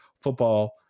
football